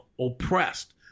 oppressed